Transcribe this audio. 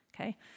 Okay